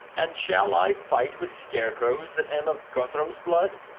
and shall i fight with scarecrows that am of guthrum's blood?